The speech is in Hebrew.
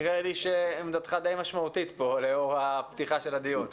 נראה לי שעמדתך משמעותית למדי פה לאור הפתיחה של הדיון.